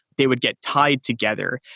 they would get tied together.